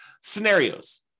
scenarios